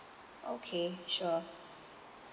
okay sure